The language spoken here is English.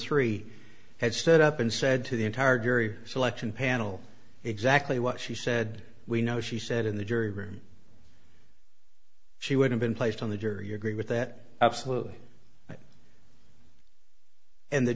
three had stood up and said to the entire jury selection panel exactly what she said we know she said in the jury room she would have been placed on the jury agree with that absolutely and the